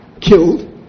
killed